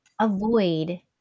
avoid